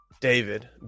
David